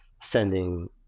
sending